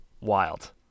wild